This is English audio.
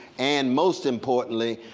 and most importantly,